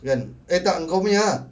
eh tak engkau punya ah